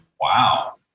Wow